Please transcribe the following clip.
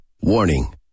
Warning